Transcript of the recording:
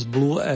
Blue